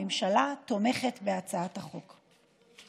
הממשלה תומכת בהצעת החוק.